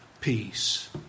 peace